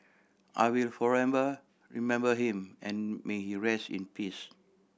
I will forever remember him and may he rest in peace